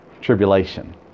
tribulation